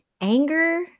anger